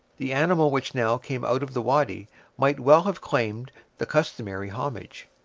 the animal which now came out of the wady might well have claimed the customary homage.